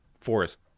forest